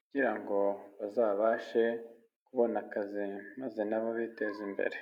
kugira ngo bazabashe kubona akazi maze na bo biteze imbere.